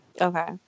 Okay